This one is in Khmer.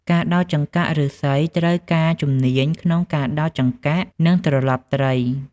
ការដោតចង្កាក់ឫស្សីត្រូវការជំនាញក្នុងការដោតចង្កាក់ និងត្រឡប់ត្រី។